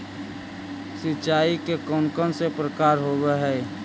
सिंचाई के कौन कौन से प्रकार होब्है?